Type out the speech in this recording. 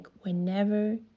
whenever